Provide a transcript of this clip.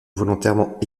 volontairement